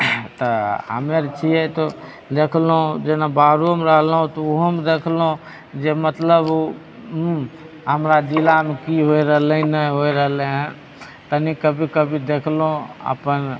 तऽ हमे आर छियै तऽ देखलहुँ जेना बाहरोमे रहलहुँ तऽ ओहोमे देखलहुँ जे मतलब हमरा जिलामे की होइ रहलै नहि होय रहलै हँ तनी कभी कभी देखलहुँ अपन